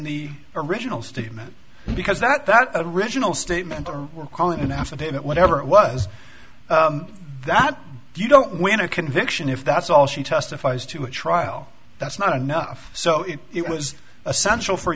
the original statement because that that original statement we're calling an affidavit whatever it was that you don't win a conviction if that's all she testifies to a trial that's not enough so if it was essential for